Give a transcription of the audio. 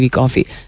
coffee